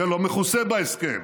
זה לא מכוסה בהסכם.